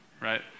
right